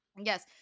Yes